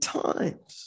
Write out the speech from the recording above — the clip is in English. times